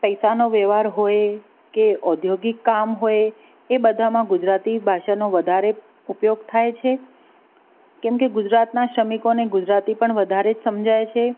પૈસાનો વ્યવહાર હોય કે ઔદ્યોગિક કામ હોય એ બધામાં ગુજરાતી ભાષાનો વધારે ઉપયોગ થાય છે કેમ કે ગુજરાતના શ્રમિકોને ગુજરાતી પણ વધારે જ સમજાય છે